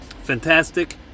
Fantastic